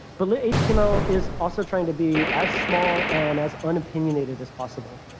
but lit-html is also trying to be as small and as unopinionated as possible.